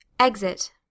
Exit